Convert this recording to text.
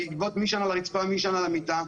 בעקבות מי יישן על הרצפה ומי יישן על המיטה,